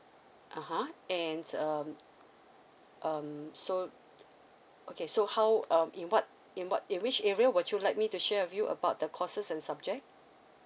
(uh huh) and um um so okay so how um in what in what in which area would you like me to share with you about the courses and subject